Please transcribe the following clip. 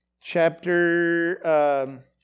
chapter